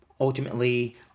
ultimately